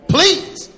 Please